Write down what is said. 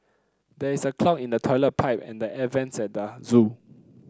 there is a clog in the toilet pipe and the air vents at the zoo